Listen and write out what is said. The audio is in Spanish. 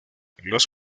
los